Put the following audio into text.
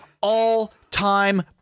all-time